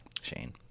Shane